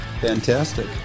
Fantastic